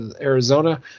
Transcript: Arizona